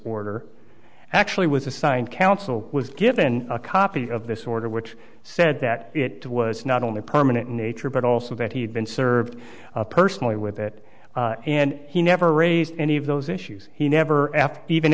order actually was assigned counsel was given a copy of this order which said that it was not only permanent in nature but also that he had been served personally with it and he never raised any of those issues he never